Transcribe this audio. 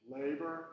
labor